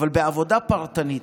אבל בעבודה פרטנית,